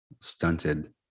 stunted